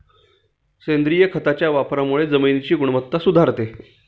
सेंद्रिय खताच्या वापरामुळे जमिनीची गुणवत्ता सुधारते